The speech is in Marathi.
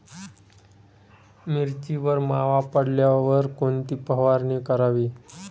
मिरचीवर मावा पडल्यावर कोणती फवारणी करावी?